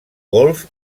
golf